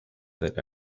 that